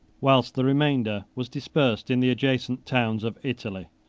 whilst the remainder was dispersed in the adjacent towns of italy.